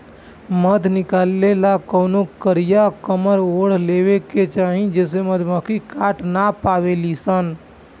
मध निकाले ला कवनो कारिया कमर ओढ़ लेवे के चाही जेसे मधुमक्खी काट ना पावेली सन